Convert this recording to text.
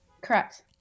Correct